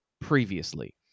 previously